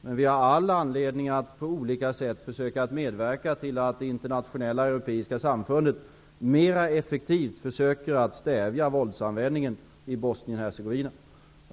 Men vi har all anledning att på olika sätt försöka medverka till att Internationella europeiska samfundet mera effektivt försöker att stävja våldsanvändningen i Bosnien-Hercegovina.